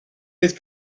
fydd